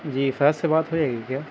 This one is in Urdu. جی فحد سے بات ہو جائے گی کیا